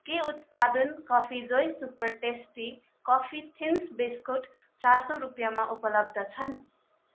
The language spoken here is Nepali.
के उत्पादन coffee Joy super tasty coffee thins biscuit चार सय रुपियाँमा उपलब्ध छन्